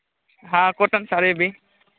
हाँ कॉटन साड़ी भी